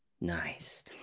Nice